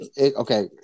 Okay